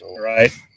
Right